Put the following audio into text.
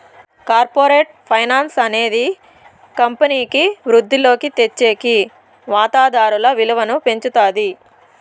corporate finance అనేది కంపెనీకి వృద్ధిలోకి తెచ్చేకి వాతాదారుల విలువను పెంచుతాది